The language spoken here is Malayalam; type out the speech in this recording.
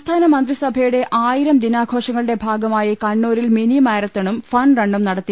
സംസ്ഥാന മന്ത്രിസഭയുടെ ആയിരം ദിനാഘോഷ ങ്ങളുടെ ഭാഗമായി കണ്ണൂരിൽ മിനി മാരത്തണും ഫൺ റണ്ണും നടത്തി